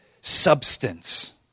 substance